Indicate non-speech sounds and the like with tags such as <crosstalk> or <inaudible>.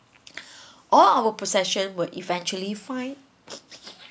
<breath> all our possession will eventually find